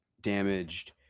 damaged